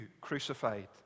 crucified